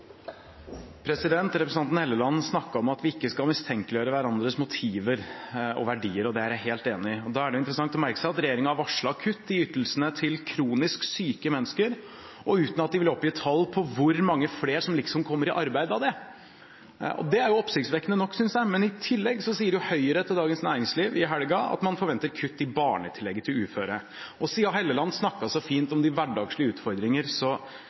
jeg helt enig i. Da er det interessant å merke seg at regjeringen har varslet kutt i ytelsene til kronisk syke mennesker, uten at man vil oppgi tall på hvor mange flere som liksom kommer i arbeid av det. Det er oppsiktsvekkende nok, synes jeg. Men i tillegg sier Høyre til Dagens Næringsliv i helgen at man forventer kutt i barnetillegget til uføre. Siden Helleland snakket så fint om de hverdagslige utfordringer,